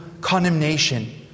condemnation